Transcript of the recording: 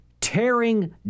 tearing